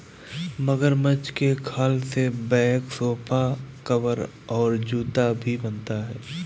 मगरमच्छ के खाल से बैग सोफा कवर और जूता भी बनता है